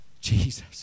Jesus